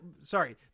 Sorry